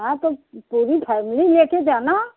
हाँ तो पूरी फ़ैमिली लेकर जाना